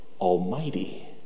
Almighty